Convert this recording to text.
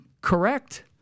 correct